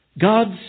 God's